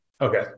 Okay